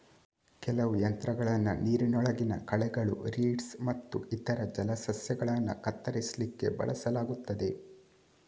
ಕೆಲವು ಯಂತ್ರಗಳನ್ನ ನೀರಿನೊಳಗಿನ ಕಳೆಗಳು, ರೀಡ್ಸ್ ಮತ್ತು ಇತರ ಜಲಸಸ್ಯಗಳನ್ನ ಕತ್ತರಿಸ್ಲಿಕ್ಕೆ ಬಳಸಲಾಗ್ತದೆ